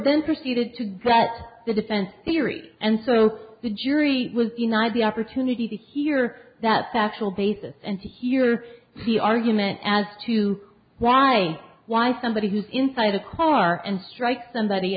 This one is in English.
then proceeded to get the defense theory and so the jury was denied the opportunity to hear that factual basis and to hear the argument as to why why somebody who's inside a car and strikes somebody